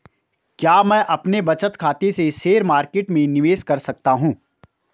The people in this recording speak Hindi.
क्या मैं अपने बचत खाते से शेयर मार्केट में निवेश कर सकता हूँ?